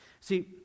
See